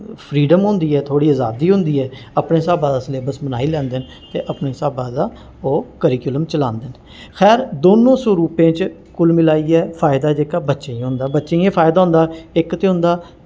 freedom होंदी ऐ थोह्ड़ी अज़ादी होंदी ऐ अपने स्हाबा दा सिलेबस बनाई लैंदे न ते अपने स्हाबा दा ओह् करिकुलम चलांदे न खैर दोनों सरूपें च कुल मलाइयै फायदा जेह्का बच्चें गी होंदा बच्चें गी एह् फायदा होंदा कि इक ते उं'दा